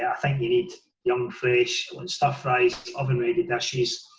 i think you need young fresh like stir fries, oven ready dishes.